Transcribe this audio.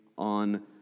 On